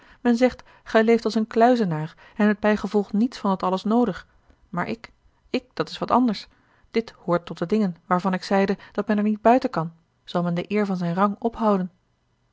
men zegt gij leeft als een kluizenaar en hebt bijgevolg niets van dat alles noodig maar ik ik dat is wat anders dit hoort tot de dingen waarvan ik zeide dat men er niet buiten kan zal men de eer van zijn rang ophouden